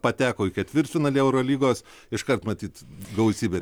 pateko į ketvirtfinalį eurolygos iškart matyt gausybė